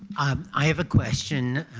um i have a question.